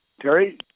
Terry